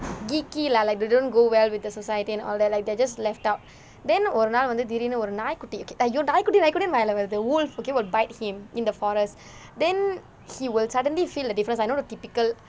geeky lah like they don't go well with the society and all that like they're just left out then ஒரு நாளு வந்து திடிர்னு ஒரு நாய் குட்டி:oru naalu vanthu thidirnu oru naai kutti okay !aiyo! நாய் குட்டி நாய் குட்டின்னு வாயில வருது:naai kutti naai kuttinnu vaayila varuthu wolf okay will bite him in the forest then he will suddenly feel a difference I know the typical